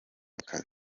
akazi